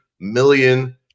million